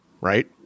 right